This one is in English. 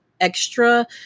extra